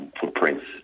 footprints